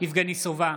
יבגני סובה,